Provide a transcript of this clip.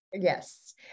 Yes